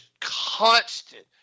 constant